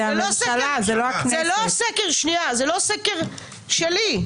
זה לא סקר שלי.